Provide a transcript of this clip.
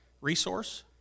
resource